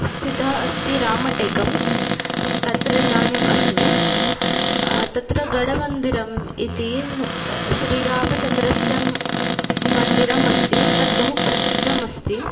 स्थितः अस्ति रामटेकं तत्र इदानीम् अस्मि तत्र गडमन्दिरम् इति श्रीरामचन्द्रस्य मन्दिरम् अस्ति तद् बहु प्रसिद्धमस्ति